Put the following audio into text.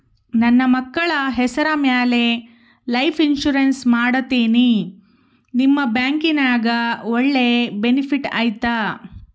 ನನ್ನ ಮಕ್ಕಳ ಹೆಸರ ಮ್ಯಾಲೆ ಲೈಫ್ ಇನ್ಸೂರೆನ್ಸ್ ಮಾಡತೇನಿ ನಿಮ್ಮ ಬ್ಯಾಂಕಿನ್ಯಾಗ ಒಳ್ಳೆ ಬೆನಿಫಿಟ್ ಐತಾ?